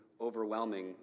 overwhelming